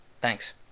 Thanks